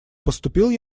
поступил